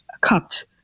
cupped